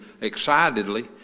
excitedly